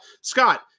Scott